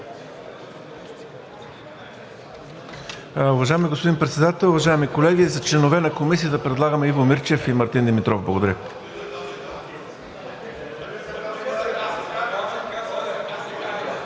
Уважаеми господин Председател, уважаеми колеги! За членове на Комисията предлагаме Иво Мирчев и Мартин Димитров. Благодаря.